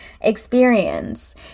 experience